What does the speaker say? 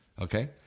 okay